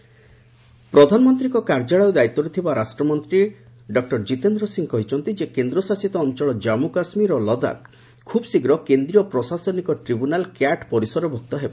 cat conference ପ୍ରଧାନମନ୍ତ୍ରୀଙ୍କ କାର୍ଯ୍ୟାଳୟ ଦାୟିତ୍ୱରେ ଥିବା ରାଷ୍ଟ୍ରମନ୍ତ୍ରୀ ଜିତେନ୍ଦ୍ର ସିଂ କହିଛନ୍ତି କେନ୍ଦ୍ରଶାସିତ ଅଞ୍ଚଳ ଜାମ୍ମ କାଶ୍ୱୀର ଓ ଲଦାଖ ଖୁବ୍ଶୀଘ୍ର କେନ୍ଦ୍ରୀୟ ପ୍ରଶାସନିକ ଟ୍ରିବ୍ୟୁନାଲ କ୍ୟାଟ୍ ପରିସରଭୁକ୍ତ ହେବ